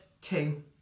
two